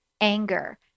anger